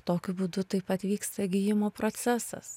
tokiu būdu taip pat vyksta gijimo procesas